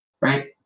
right